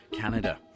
Canada